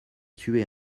tuer